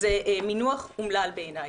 המינוח אומלל בעיניי.